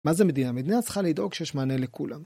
‫מה זה מדינה? המדינה צריכה לדאוג ‫שיש מענה לכולם.